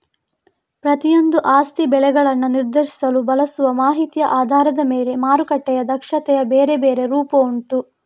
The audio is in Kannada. ಪ್ರತಿಯೊಂದೂ ಆಸ್ತಿ ಬೆಲೆಗಳನ್ನ ನಿರ್ಧರಿಸಲು ಬಳಸುವ ಮಾಹಿತಿಯ ಆಧಾರದ ಮೇಲೆ ಮಾರುಕಟ್ಟೆಯ ದಕ್ಷತೆಯ ಬೇರೆ ಬೇರೆ ರೂಪ ಉಂಟು